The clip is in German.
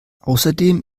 außerdem